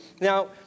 Now